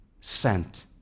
sent